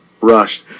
rush